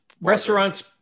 restaurants